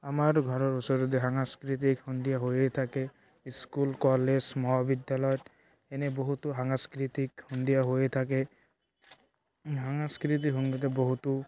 আমাৰ ঘৰৰ ওচৰতে সাংস্কৃতিক সন্ধিয়া হৈয়ে থাকে স্কুল কলেজ মহাবিদ্যালয়ত এনে বহুতো সাংস্কৃতিক সন্ধিয়া হৈয়ে থাকে সাংস্কৃতিক সন্ধিয়াত বহুতো